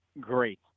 great